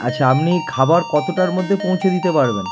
আচ্ছা আপনি খাবার কতটার মধ্যে পৌঁছে দিতে পারবেন